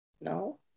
no